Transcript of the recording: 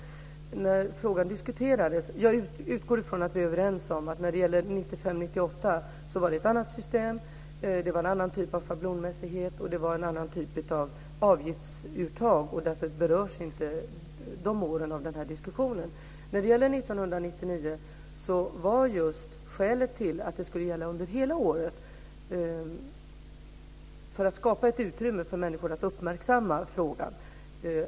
Jag utgår från att vi är överens om att när det gäller 1995-1998 var det ett annat system, det var en annan typ av schablonmässighet och det var en annan typ av avgiftsuttag. Därför berörs inte de åren av diskussionen. När det gäller 1999 var just skälet till att det skulle gälla under hela året att skapa ett utrymme för människor att uppmärksamma frågan.